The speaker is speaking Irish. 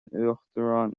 uachtaráin